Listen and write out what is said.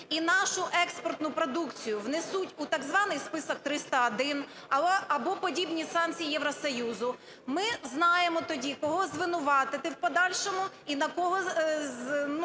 і нашу експортну продукцію внесуть у так званий "список 301" або подібні санкції Євросоюзу, ми знаємо тоді, кого звинуватити в подальшому, і на кого,